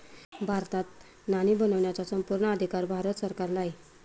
भारतात नाणी बनवण्याचा संपूर्ण अधिकार भारत सरकारला आहे